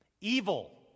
Evil